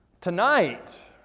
Tonight